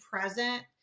present